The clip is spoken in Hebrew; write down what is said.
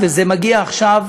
וזה מגיע עכשיו